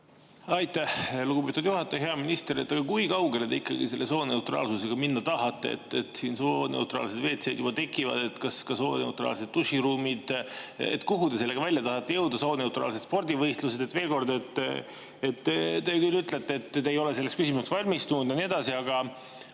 Aitäh, lugupeetud juhataja! Hea minister! Kui kaugele te ikkagi selle sooneutraalsusega minna tahate? Sooneutraalsed WC-d juba tekivad, ka sooneutraalsed duširuumid. Kuhu te sellega välja tahate jõuda? Sooneutraalsed spordivõistlused? Veel kord: te küll ütlete, et te ei ole selleks küsimuseks valmistunud, ja nii edasi, aga